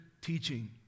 teaching